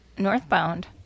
northbound